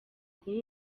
kuri